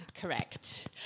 correct